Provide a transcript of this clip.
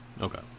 Okay